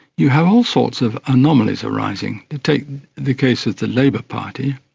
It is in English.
you have all sorts of anomalies arising. take the case of the labour party,